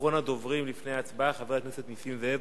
אחרון הדוברים לפני ההצבעה, חבר הכנסת נסים זאב,